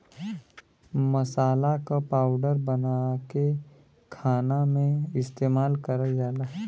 मसाला क पाउडर बनाके खाना में इस्तेमाल करल जाला